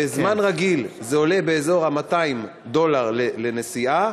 בזמן רגיל זה עולה באזור 200 דולר לנסיעה,